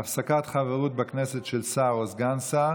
(הפסקת חברות בכנסת של שר או סגן שר),